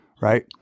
right